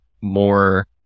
more